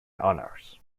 honors